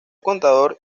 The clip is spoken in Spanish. contador